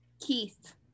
keith